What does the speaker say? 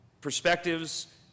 perspectives